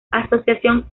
asociación